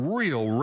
real